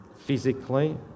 physically